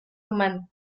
humano